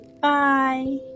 Bye